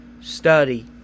Study